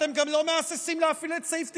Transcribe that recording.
אתם גם לא מהססים להפעיל את סעיף 98,